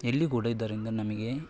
ಎಲ್ಲಿಯೂ ಕೂಡ ಇದರಿಂದ ನಮಗೆ